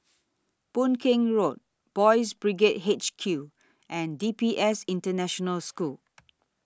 Boon Keng Road Boys' Brigade H Q and D P S International School